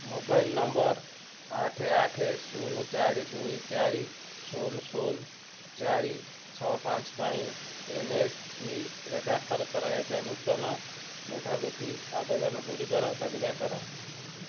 mobile number ଆଠ ଆଠ ଶୂନ ଚାରି ଦୁଇ ଚାରି ଶୂନ ଶୂନ ଚାରି ଛଅ ପାଞ୍ଚ ପାଇଁ ଏନ୍ଏସ୍ପିରେ ଦାଖଲ କରାଯାଇଥିବା ନୂତନ ମେଧାବୃତ୍ତି ଆବେଦନଗୁଡ଼ିକର ତାଲିକା କର